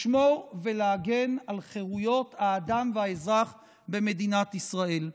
לשמור ולהגן על חירויות האדם והאזרח במדינת ישראל.